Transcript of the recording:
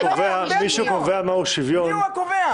והיום חמישי --- מי שקובע מהו שוויון --- מי הוא הקובע?